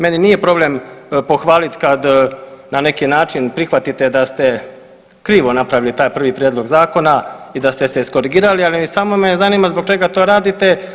Meni nije problem pohvaliti kada na neki način prihvatite da ste krivo napravili taj 1. Prijedlog zakona i da ste se iskorigirali, ali samo me zanima zbog čega to radite?